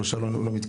שלושה לא מתקשר,